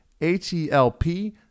H-E-L-P